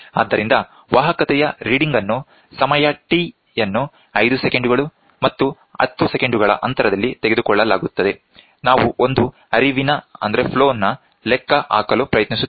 ಆದ್ದರಿಂದ ವಾಹಕತೆಯ ರೀಡಿಂಗ್ ಅನ್ನು ಸಮಯ T ಯನ್ನು 5 ಸೆಕೆಂಡುಗಳು ಮತ್ತು 10 ಸೆಕೆಂಡುಗಳ ಅಂತರದಲ್ಲಿ ತೆಗೆದುಕೊಳ್ಳಲಾಗುತ್ತದೆ ನಾವು ಒಂದು ಹರಿವನ್ನು ಲೆಕ್ಕ ಹಾಕಲು ಪ್ರಯತ್ನಿಸುತ್ತೇವೆ